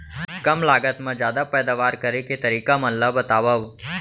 कम लागत मा जादा पैदावार करे के तरीका मन ला बतावव?